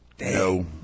No